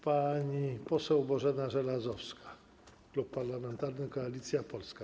Pani poseł Bożena Żelazowska, Klub Parlamentarny Koalicja Polska.